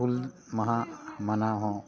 ᱦᱩᱞ ᱢᱟᱦᱟ ᱢᱟᱱᱟᱣ ᱦᱚᱸ